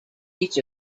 each